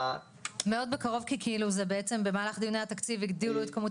מאוד בקרוב כי כאילו זה בעצם במהלך דיוני התקציב בגדילו את כמות